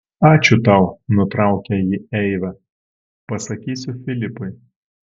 ačiū tau nutraukė jį eiva pasakysiu filipui